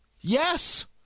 Yes